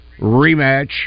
rematch